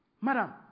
madam